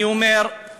אני אומר,